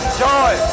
joy